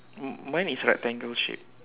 m~ mine is rectangle shape